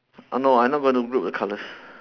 no I'm not gonna group the colours